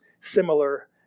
similar